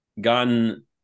gotten